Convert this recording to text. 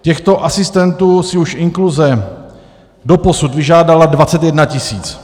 Těchto asistentů si už inkluze doposud vyžádala 21 tisíc.